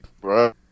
Bro